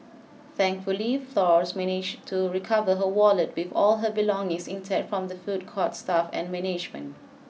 thankfully Flores managed to recover her wallet with all her belongings intact from the food court's staff and management